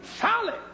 solid